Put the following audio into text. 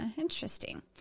interesting